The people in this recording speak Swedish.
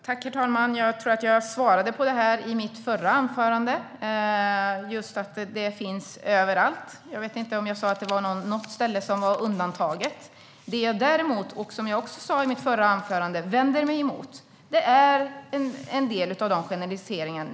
Herr talman! Jag tror att jag svarade på det i min förra replik. Det finns överallt. Jag vet inte om jag sa att något ställe är undantaget. Det jag vänder mig emot, vilket jag också sa i min förra replik, är en del av generaliseringarna.